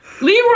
Leroy